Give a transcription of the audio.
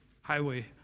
Highway